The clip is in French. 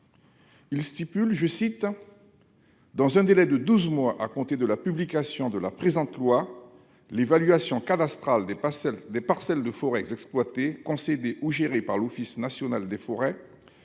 ce texte, dispose :« Dans un délai de douze mois à compter de la publication de la présente loi, l'évaluation cadastrale des parcelles de forêt exploitées, concédées ou gérées par l'Office national des forêts